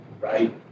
right